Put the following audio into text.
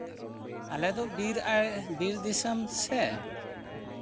ᱟᱞᱮ ᱫᱚ ᱵᱤᱨ ᱟᱲᱮ ᱵᱤᱨ ᱫᱤᱥᱚᱢ ᱥᱮ